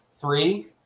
three